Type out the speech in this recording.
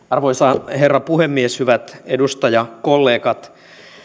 arvoisa herra puhemies hyvät edustajakollegat